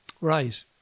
Right